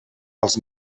els